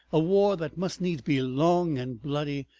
a war that must needs be long and bloody,